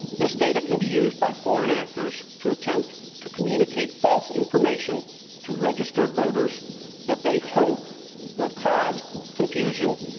this data can be used by foreign actors to attempt to communicate false information to registered voters that they hope will cause confusion,